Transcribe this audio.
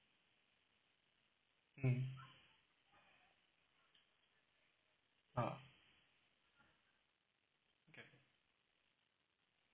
um uh